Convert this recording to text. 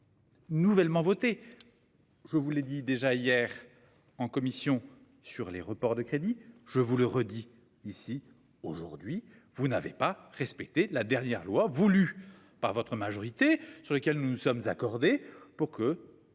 Nouvellement votée. Je vous l'ai dit déjà hier en commission sur les reports de crédits. Je vous le redis ici, aujourd'hui, vous n'avez pas respecté, la dernière loi voulue par votre majorité, sur lesquels nous nous sommes accordés pour que